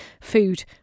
food